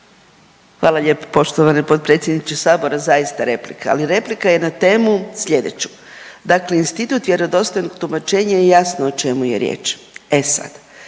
Hvala lijepo poštovani potpredsjedniče sabora. Zaista replika, ali replika je na temu slijedeću, dakle institut vjerodostojnog tumačenja je jasno o čemu je riječ. E sad,